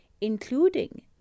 including